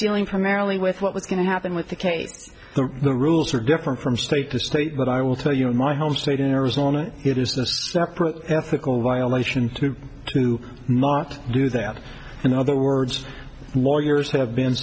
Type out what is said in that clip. dealing primarily with what was going to happen with the case the rules are different from state to state but i will tell you in my home state in arizona it is the ethical violation to do not do that in other words lawyers have been